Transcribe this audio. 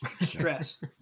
stress